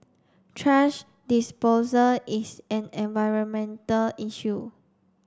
thrash disposal is an environmental issue